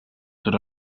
tots